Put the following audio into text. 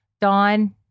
Dawn